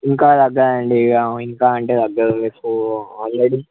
ఇంకా తగ్గదు అండి ఇక ఇంకా అంటే తగ్గదు మీకు ఆల్రెడీ